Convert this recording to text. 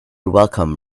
welcome